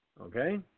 Okay